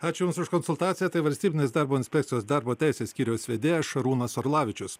ačiū jums už konsultaciją tai valstybinės darbo inspekcijos darbo teisės skyriaus vedėjas šarūnas orlavičius